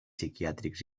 psiquiàtrics